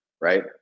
right